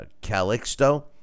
Calixto